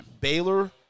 Baylor